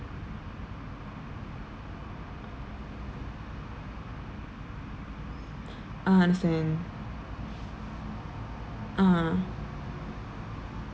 ah understand ah